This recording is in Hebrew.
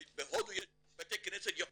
בהודו יש בתי כנסת יפהפיים.